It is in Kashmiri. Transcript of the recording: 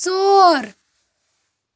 ژور